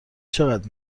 چقدر